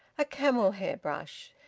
a camel-hair brush,